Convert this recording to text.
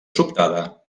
sobtada